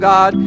God